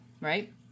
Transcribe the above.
right